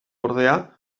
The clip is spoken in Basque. ordea